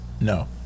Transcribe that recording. No